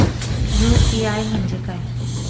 UPI म्हणजे काय?